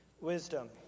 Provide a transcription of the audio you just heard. Wisdom